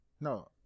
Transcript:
No